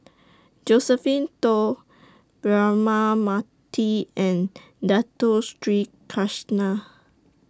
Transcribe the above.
Josephine Teo Braema Mathi and Dato Sri Krishna